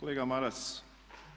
Kolega Maras,